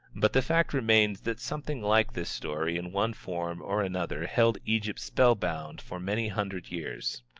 but the fact remains that something like this story in one form or another held egypt spell-bound for many hundred years.